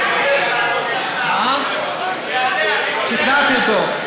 אני מתכוון לענות לשר, שכנעתי אותו.